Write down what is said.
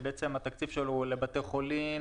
שהתקציב שלו הוא לבתי חולים,